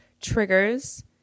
triggers